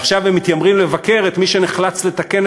ועכשיו הם מתיימרים לבקר את מי שנחלץ לתקן